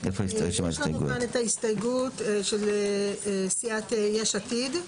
יש את ההסתייגות של סיעת יש עתיד.